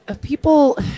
people